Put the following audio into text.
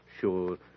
sure